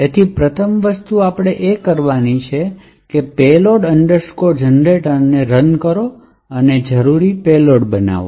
તેથી પ્રથમ વસ્તુ આપણે એ કરવાની જરૂર છે કે payload generator ને રન કરો અને જરૂરી પેલોડ બનાવો